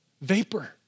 vapor